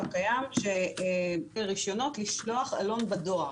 הקיים שעל פי רישיונות, לשלוח עלון בדואר.